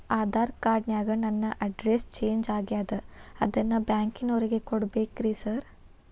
Aadhaar card ನ್ಯಾಗ ನನ್ address change ಆಗ್ಯಾದ ಅದನ್ನ ಬ್ಯಾಂಕಿನೊರಿಗೆ ಕೊಡ್ಬೇಕೇನ್ರಿ ಸಾರ್?